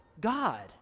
God